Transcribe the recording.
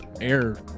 air